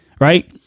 right